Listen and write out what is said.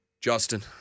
Justin